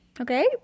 okay